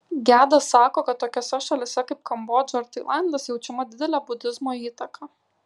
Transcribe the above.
gedas sako kad tokiose šalyse kaip kambodža ar tailandas jaučiama didelė budizmo įtaka